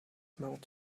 mouth